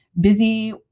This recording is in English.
busy